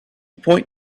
point